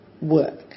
work